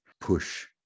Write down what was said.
push